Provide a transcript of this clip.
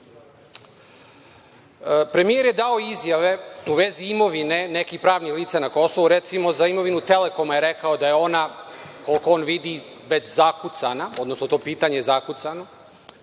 vlasnike. Premijer je dao izjave u vezi imovine nekih pravnih lica na Kosovu. Recimo, za imovinu „Telekoma“ je rekao da je ona, koliko on vidi, već zakucana, odnosno to pitanje je zakucano,